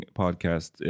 podcast